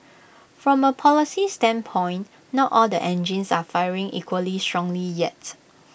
from A policy standpoint not all the engines are firing equally strongly yet